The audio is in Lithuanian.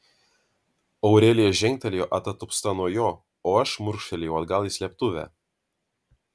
aurelija žengtelėjo atatupsta nuo jo o aš šmurkštelėjau atgal į slėptuvę